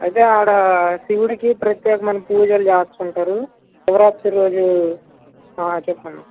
అయితే ఆడ శివుడికి ప్రత్యేకమైన పూజలు చేస్తుంటారు శివరాత్రి రోజు చెప్పన్నా